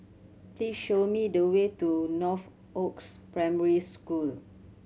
please show me the way to Northoaks Primary School